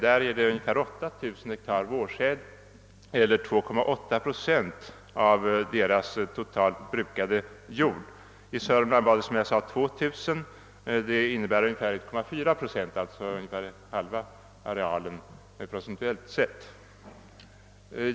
Där gäller skadorna 8 000 hektar vårsäd eller 2,8 procent av den totalt brukade jorden. I Södermanland var det som jag sade 2000 hektar, vilket innebär 1,4 procent, alltså ungefär halva arealen procentuellt sett.